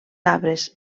arbres